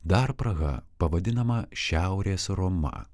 dar praha pavadinama šiaurės roma